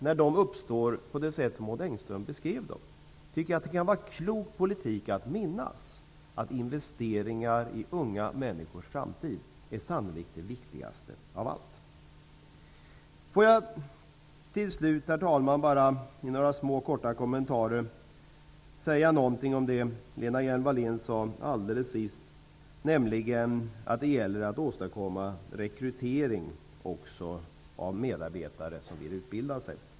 När valen uppstår på det sätt som Odd Engström beskrivit, tycker jag att det kan vara en klok politik att minnas att investeringar i unga människors framtid sannolikt är det viktigaste av allt. Avslutningsvis, herr talman, vill jag kort kommentera det som Lena Hjelm-Wallén senast sade, nämligen att det gäller att åstadkomma rekrytering också av medarbetare som vill utbilda sig.